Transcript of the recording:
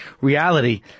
reality